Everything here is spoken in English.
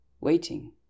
waiting